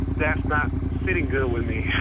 that's not sitting good with me